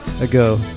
ago